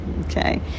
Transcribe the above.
okay